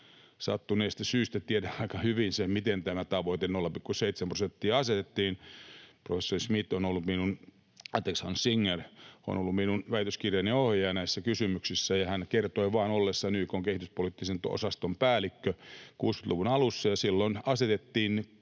Sattuneesta syystä tiedän aika hyvin sen, miten tämä tavoite, 0,7 prosenttia, asetettiin. Professori Hans Singer on ollut minun väitöskirjani ohjaaja näissä kysymyksissä, ja hän kertoi, että hänen ollessaan YK:n kehityspoliittisen osaston päällikkö 60‑luvun alussa asetettiin